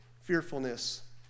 fearfulness